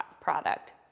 product